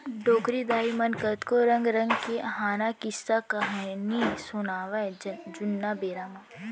डोकरी दाइ मन कतको रंग रंग के हाना, किस्सा, कहिनी सुनावयँ जुन्ना बेरा म